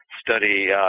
study